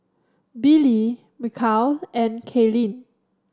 Billy Michal and Kaylin